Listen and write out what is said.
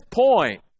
point